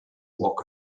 walk